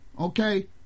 Okay